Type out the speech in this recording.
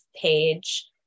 page